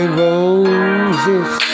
roses